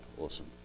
awesome